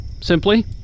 simply